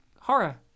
horror